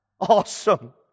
awesome